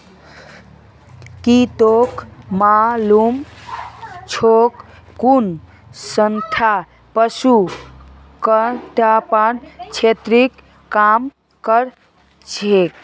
की तोक मालूम छोक कुन संस्था पशु कल्याण क्षेत्रत काम करछेक